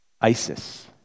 ISIS